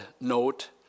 note